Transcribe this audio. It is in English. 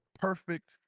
perfect